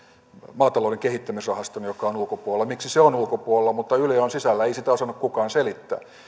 maatalouden kehittämisrahaston joka on ulkopuolella miksi se on ulkopuolella mutta yle on sisällä ei sitä osannut kukaan selittää